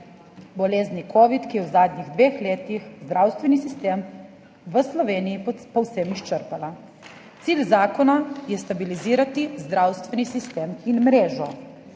bolezni covid, ki je v zadnjih dveh letih zdravstveni sistem v Sloveniji povsem izčrpala, cilj zakona je stabilizirati zdravstveni sistem in mrežo,